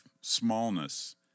smallness